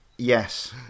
Yes